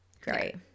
great